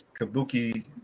kabuki